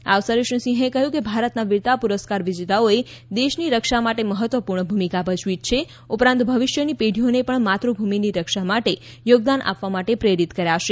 આ અવસરે શ્રી સિહેં કહ્યું કે ભારતના વીરતા પુરસ્કાર વિજેતાઓએ દેશીની રક્ષા માટે મહત્વપૂર્ણ ભૂમિકા ભજવી જ છે ઉપરાંત ભવિષ્યની પેઢીઓને પણ માતૃભૂમિની રક્ષા માટે યોગદાન આપવા માટે પ્રેરિત કર્યા છે